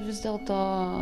vis dėl to